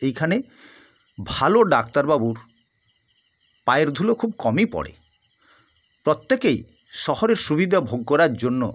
এইখানে ভালো ডাক্তারবাবুর পায়ের ধুলো খুব কমই পড়ে প্রত্যেকেই শহরের সুবিধা ভোগ করার জন্য